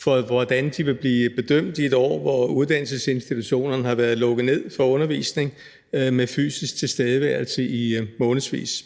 for, hvordan de vil blive bedømt i et år, hvor uddannelsesinstitutionerne har været lukket ned for undervisning med fysisk tilstedeværelse i månedsvis.